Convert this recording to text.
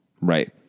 Right